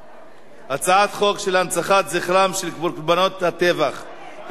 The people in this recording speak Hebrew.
הצעת חוק הנצחת זכרם של קורבנות הטבח בכפר-קאסם.